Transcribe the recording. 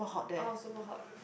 orh super hot